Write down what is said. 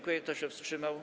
Kto się wstrzymał?